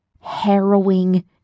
harrowing